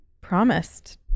promised